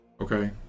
Okay